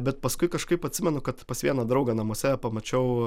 bet paskui kažkaip atsimenu kad pas vieną draugą namuose pamačiau